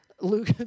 Luke